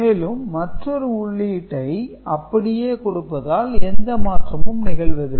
மேலும் மற்றொரு உள்ளீட்டை அப்படியே கொடுப்பதால் எந்த மாற்றமும் நிகழ்வதில்லை